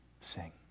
sing